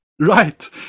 Right